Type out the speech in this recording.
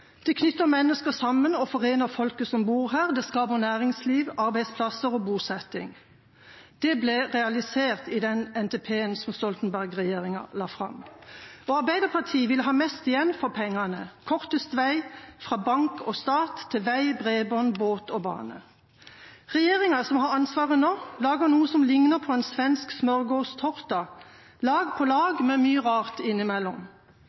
det knytter mennesker sammen og forener folket som bor her, det skaper næringsliv, arbeidsplasser og bosetting. Dette ble realisert i den NTP-en som Stoltenberg-regjeringa la fram. Arbeiderpartiet vil ha mest igjen for pengene, kortest vei fra bank og stat til vei, bredbånd, båt og bane. Den regjeringa som har ansvaret nå, lager noe som ligner på en svensk «smörgåstårta»: lag på